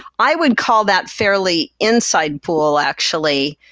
i would call that fairly insightful, actually.